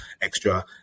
extra